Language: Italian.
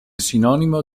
sinonimo